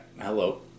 Hello